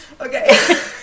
Okay